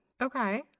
okay